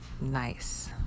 nice